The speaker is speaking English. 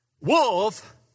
wolf